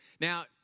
Now